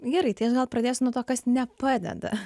gerai tai aš gal pradėsiu nuo to kas nepadeda